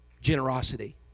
Generosity